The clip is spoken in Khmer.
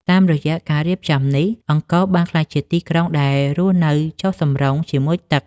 តាមរយៈការរៀបចំនេះ អង្គរបានក្លាយជាទីក្រុងដែលរស់នៅចុះសម្រុងជាមួយទឹក។